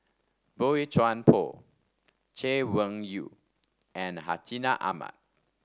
Boey Chuan Poh Chay Weng Yew and Hartinah Ahmad